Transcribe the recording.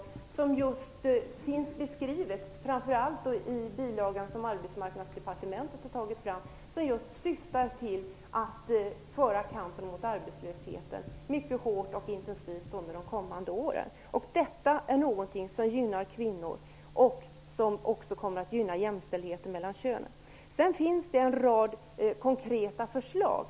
Dessa finns beskrivna framför allt i Arbetsmarknadsdepartementets bilaga och syftar just till att föra kampen mot arbetslösheten mycket hårt och intensivt under de kommande åren. Detta gynnar kvinnor och kommer även att gynna jämställdheten mellan könen. Vidare finns det en rad konkreta förslag.